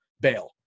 Bail